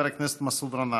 חבר הכנסת מסעוד גנאים.